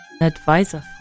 advisor